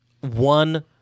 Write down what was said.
one